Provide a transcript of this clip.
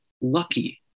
lucky